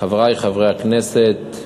חברי חברי הכנסת,